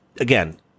Again